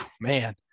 man